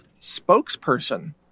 spokesperson